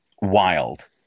Wild